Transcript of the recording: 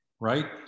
right